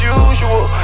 usual